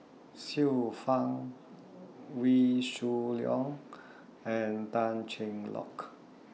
Xiu Fang Wee Shoo Leong and Tan Cheng Lock